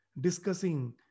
discussing